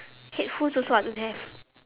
headphones also I don't have